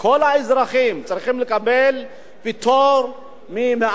צריכים לקבל פטור ממע"מ על מוצרים בסיסיים.